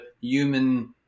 human